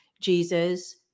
Jesus